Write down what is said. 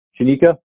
Janika